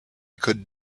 could